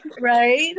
Right